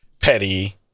petty